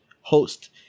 Host